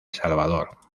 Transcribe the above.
salvador